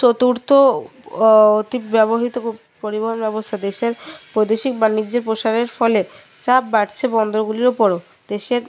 চতুৰ্থ অতি ব্যবহৃত পরিবহন ব্যবস্থা দেশের প্রদেশিক বাণিজ্যে প্রসারের ফলে চাপ বাড়ছে বন্দরগুলির উপরও দেশের